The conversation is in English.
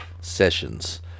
sessions